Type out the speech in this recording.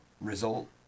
result